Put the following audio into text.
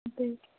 بٔلۍ